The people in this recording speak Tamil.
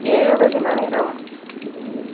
எழுபதுனாயரம்